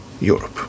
europe